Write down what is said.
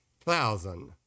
thousand